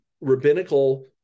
rabbinical